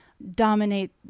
dominate